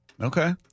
Okay